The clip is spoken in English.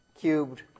Cubed